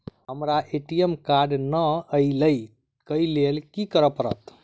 हमरा ATM card नै अई लई केँ लेल की करऽ पड़त?